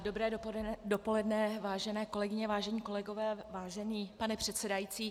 Dobré dopoledne, vážené kolegyně, vážení kolegové, vážený pane předsedající.